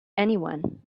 anyone